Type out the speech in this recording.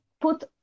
put